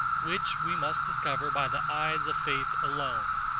which we must discover by the eyes of faith alone.